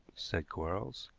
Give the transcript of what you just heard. said quarles.